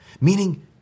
meaning